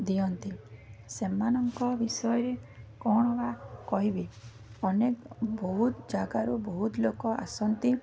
ଦିଅନ୍ତି ସେମାନଙ୍କ ବିଷୟରେ କ'ଣ ବା କହିବି ଅନେକ ବହୁତ ଜାଗାରୁ ବହୁତ ଲୋକ ଆସନ୍ତି